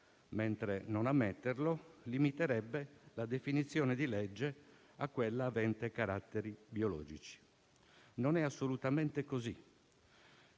mentre non ammetterlo limiterebbe la definizione di legge a quella avente caratteri biologici. Non è assolutamente così.